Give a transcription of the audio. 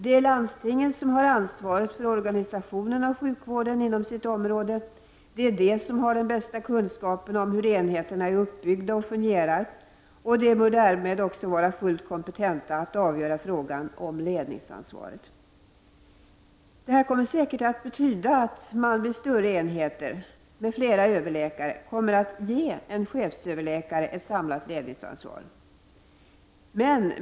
Det är landstingen som har ansvaret för organisationen av sjukvården inom sina områden, det är de som har den bästa kunskapen om hur enheterna är uppbyggda och fungerar, och de bör därmed också vara fullt kompetenta att avgöra frågan om ledningsansvaret. Det kommer säkert att betyda att man vid större enheter, med flera överläkare, kommer att ge en chefsöverläkare ett samlat ledningsansvar.